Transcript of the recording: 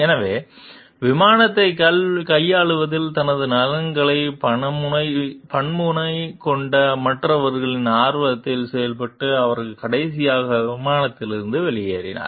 எனவே விபத்தை கையாள்வதில் தனது நலன்களை பன்முனை கொண்ட மற்றவர்களின் ஆர்வத்தில் செயல்பட்டு அவர் கடைசியாக விமானத்திலிருந்து வெளியேறினார்